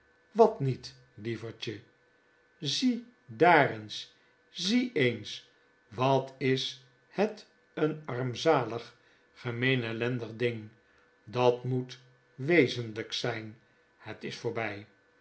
wat niet lievertje zie daar eensi zie eens wat is het een armzalig gemeen ellendig ding dat moet wezenlyk zyn het is voorbij